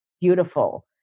beautiful